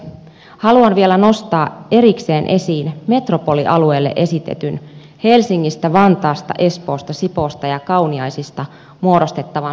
haluan vielä nostaa erikseen esiin metropolialueelle esitetyn helsingistä vantaasta espoosta sipoosta ja kauniaisista muodostettavan suurkunnan